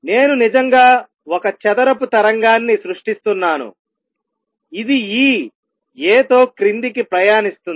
నేను నిజంగా ఒక చదరపు తరంగాన్ని సృష్టిస్తున్నాను ఇది ఈ A తో క్రిందికి ప్రయాణిస్తుంది